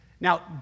Now